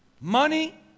Money